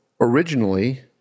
originally